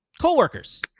Coworkers